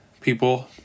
people